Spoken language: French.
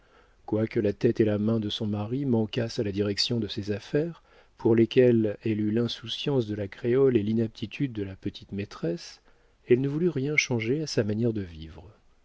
quoique la tête et la main de son mari manquassent à la direction de ses affaires pour lesquelles elle eut l'insouciance de la créole et l'inaptitude de la petite-maîtresse elle ne voulut rien changer à sa manière de vivre